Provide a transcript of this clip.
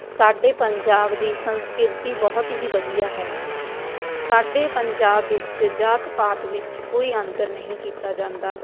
ਸਾਡੇ ਪੰਜਾਬ ਦੀ ਸੰਸਕ੍ਰਿਤੀ ਬਹੁਤ ਹੀ ਵਧੀਆ ਹੈ ਸਾਡੇ ਪੰਜਾਬ ਵਿੱਚ ਜਾਤ ਪਾਤ ਵਿੱਚ ਕੋਈ ਅੰਤਰ ਨਹੀਂ ਕੀਤਾ ਜਾਂਦਾ